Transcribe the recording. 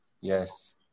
Yes